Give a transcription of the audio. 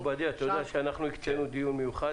מכובדי, אתה יודע שאנחנו הקצינו דיון מיוחד?